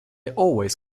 always